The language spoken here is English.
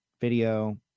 video